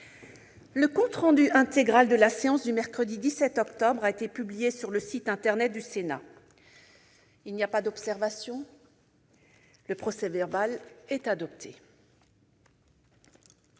Le compte rendu intégral de la séance du mercredi 17 octobre 2018 a été publié sur le site internet du Sénat. Il n'y a pas d'observation ?... Le procès-verbal est adopté.